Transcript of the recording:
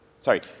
Sorry